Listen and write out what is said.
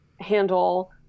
handle